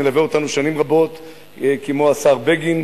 מלווה אותנו שנים רבות כמו השר בגין,